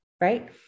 right